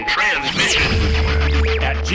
Transmission